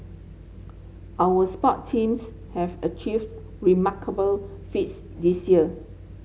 our sports teams have achieved remarkable feats this year